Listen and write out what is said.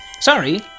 Sorry